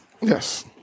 Yes